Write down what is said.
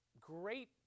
great